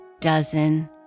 dozen